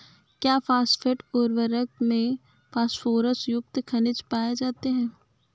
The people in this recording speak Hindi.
क्या फॉस्फेट उर्वरक में फास्फोरस युक्त खनिज पाए जाते हैं?